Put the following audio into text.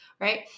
Right